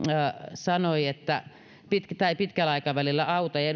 sanoi että tämä ei pitkällä aikavälillä auta ja